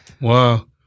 Wow